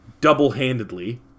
double-handedly